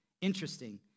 Interesting